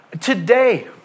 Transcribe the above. Today